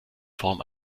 form